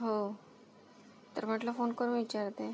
हो तर म्हटलं फोन करून विचारते